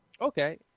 Okay